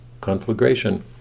Conflagration